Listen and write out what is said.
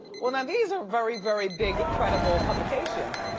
well now these are very very big, credible publications.